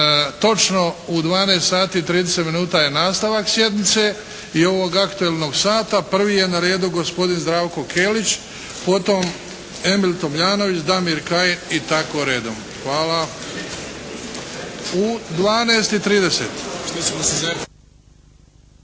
minuta je nastavak sjednice i ovog aktualnog sata. Prvi je na redu gospodin Zdravko Kelić, potom Emil Tomljanović, Damir Kajin i tako redom. Hvala. U 12,30.